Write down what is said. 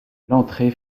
l’entrée